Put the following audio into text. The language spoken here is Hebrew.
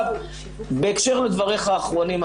בהקשר לדבריך האחרונים,